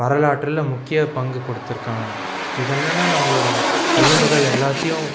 வரலாற்றில் முக்கிய பங்கு கொடுத்துருக்காங்க இது என்னென்னா நம்மளோட எலும்புகள் எல்லாத்தையும்